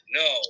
no